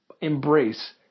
embrace